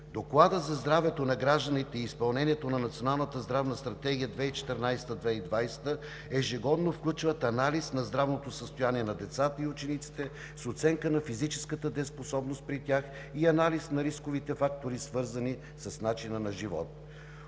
Докладът за здравето на гражданите и изпълнението на Националната здравна стратегия 2014 – 2020 ежегодно включват анализ на здравното състояние на децата и учениците с оценка на физическата дееспособност при тях и анализ на рисковите фактори, свързани с начина на живот.